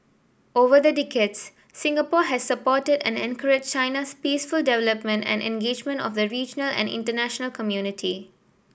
over the decades Singapore has supported and encouraged China's peaceful development and engagement of the regional and international community